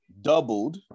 doubled